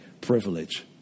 privilege